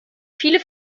viele